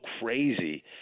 crazy